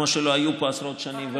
ולא היו פה עשרות שנים.